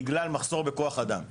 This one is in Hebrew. בגלל מחסור בכוח אדם.